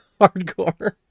Hardcore